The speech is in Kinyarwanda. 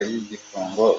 y’igifungo